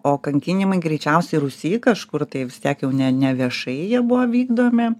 o kankinimai greičiausiai rūsy kažkur tai vis tiek jau ne ne viešai jie buvo vykdomi